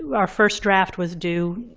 our first draft was due